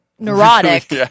neurotic